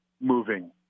moving